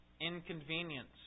inconvenience